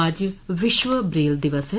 आज विश्व ब्रेल दिवस है